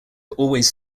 always